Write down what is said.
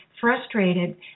frustrated